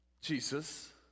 Jesus